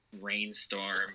rainstorm